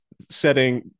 setting